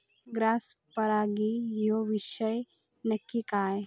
Cross परागी ह्यो विषय नक्की काय?